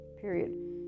period